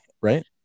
right